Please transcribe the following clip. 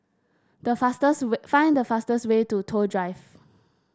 the fastest way find the fastest way to Toh Drive